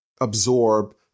absorb